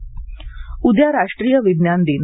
विज्ञान दिन उद्या राष्ट्रीय विज्ञान दिन